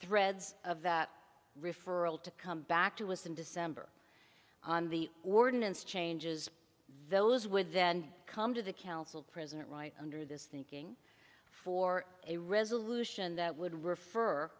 threads of that referral to come back to was in december on the ordinance changes those would then come to the council president right under this thinking for a resolution that would refer